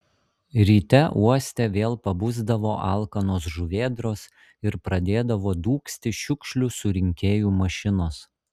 ryte uoste vėl pabusdavo alkanos žuvėdros ir pradėdavo dūgzti šiukšlių surinkėjų mašinos